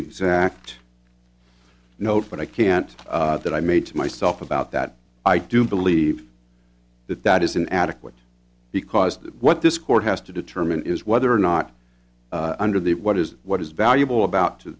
exact notes but i can't that i made to myself about that i do believe that that is an adequate because what this court has to determine is whether or not under the what is what is valuable about to